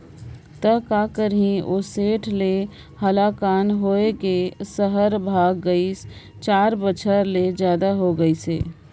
त का करही ओ सेठ ले हलाकान होए के सहर भागय गइस, चार बछर ले जादा हो गइसे